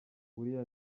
uriya